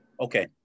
Okay